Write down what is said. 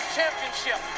Championship